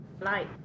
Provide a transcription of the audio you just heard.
light